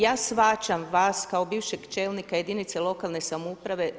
Ja shvaćam vas kao bivšeg čelnika jedinice lokalne samouprave.